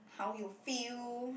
how you feel